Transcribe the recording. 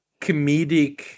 comedic